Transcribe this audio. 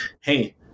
hey